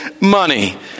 money